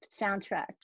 soundtrack